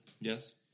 Yes